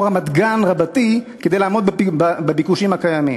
רמת-גן רבתי כדי לעמוד בביקושים הקיימים.